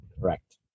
Correct